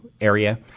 area